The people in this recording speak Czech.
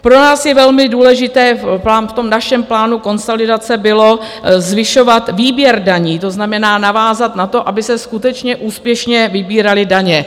Pro nás velmi důležité v tom našem plánu konsolidace bylo zvyšovat výběr daní, to znamená, navázat na to, aby se skutečně úspěšně vybíraly daně.